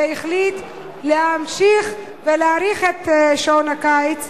והחליט להמשיך ולהאריך את שעון הקיץ.